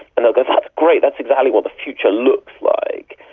and they'll go, that's great, that's exactly what the future looks like.